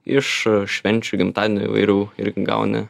iš švenčių gimtadienių įvairių ir gauni